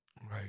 Right